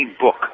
book